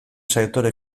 sektore